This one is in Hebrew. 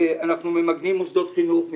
אנחנו ממגנים מוסדות חינוך,